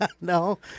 No